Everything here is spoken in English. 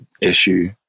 issue